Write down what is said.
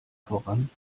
voran